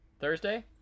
Thursday